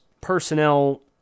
personnel